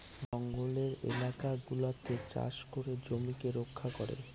জঙ্গলের এলাকা গুলাতে চাষ করে জমিকে রক্ষা করে